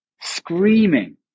screaming